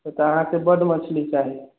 तऽ तऽ अहाँकेँ बड्ड मछली चाही